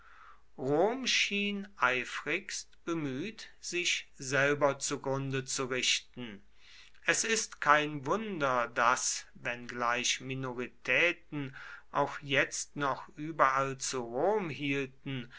schien eifrigst bemüht sich selber zugrunde zu richten es ist kein wunder daß wenngleich minoritäten auch jetzt noch überall zu rom hielten